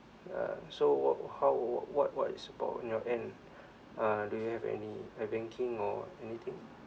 uh so what how what what is about on your end uh do you have any having iBanking or anything